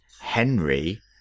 Henry